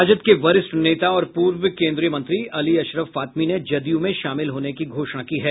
राजद के वरिष्ठ नेता और पूर्व केन्द्रीय मंत्री अली अशरफ फातमी ने जदयू में शामिल होने की घोषणा की है